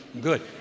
good